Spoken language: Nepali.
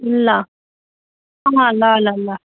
ल ल ल ल